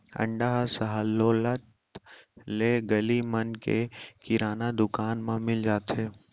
अंडा ह सहोल्लत ले गली मन के किराना दुकान म मिल जाथे